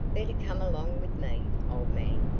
better come along with me, old man.